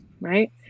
right